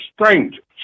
strangers